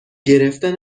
گرفتن